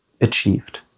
achieved